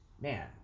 Man